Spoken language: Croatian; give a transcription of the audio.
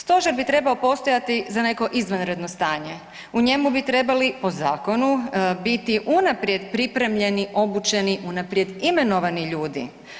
Stožer bi trebao postojati za neko izvanredno stanje u njemu bi trebali, po zakonu, biti unaprijed pripremljeni, obučeni, unaprijed imenovani ljudi.